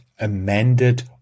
amended